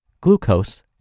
glucose